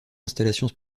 installations